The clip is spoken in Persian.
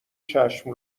چشم